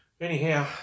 Anyhow